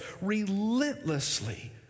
relentlessly